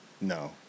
No